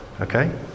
okay